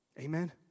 Amen